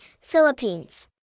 Philippines